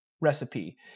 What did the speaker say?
recipe